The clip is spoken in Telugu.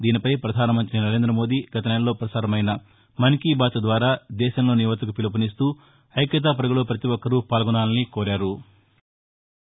దీనిపై ప్రపధాన మంత్రి నరేంద్ర మోదీ గత నెలలో ప్రసారమైన మన్ కీ బాత్ ద్వారా దేశంలోని యువతకు పిలుపునిస్తూ ఐక్యతా పరుగులో పతి ఒక్కరూ పాల్గొనాలని కోరారు